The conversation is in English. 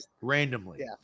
randomly